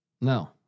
No